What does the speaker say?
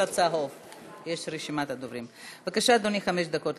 להחלפת אוכלוסין בין ערביי המשולש תושבי